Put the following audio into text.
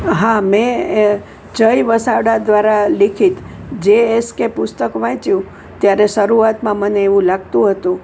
હા મેં જય વસાવડા દ્વારા લિખિત જે એસ કે પુસ્તક વાંચ્યું ત્યારે શરૂઆતમાં મને એવું લાગતું હતું